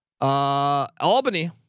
Albany